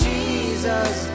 Jesus